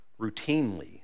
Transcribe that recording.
routinely